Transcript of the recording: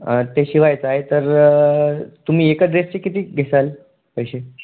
ते शिवायचं आहे तर तुम्ही एका ड्रेसचे किती घेसाल पैसे